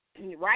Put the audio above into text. Right